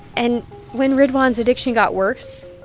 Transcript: and when ridwan's addiction got worse,